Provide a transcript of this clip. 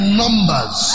numbers